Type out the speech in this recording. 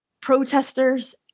protesters